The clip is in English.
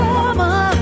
Summer